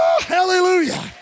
Hallelujah